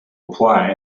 apply